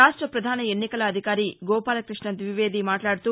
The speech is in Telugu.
రాష్ట ప్రధాన ఎన్నికల అధికారి గోపాలకృష్ణ ద్వివేది మాట్లాడుతూ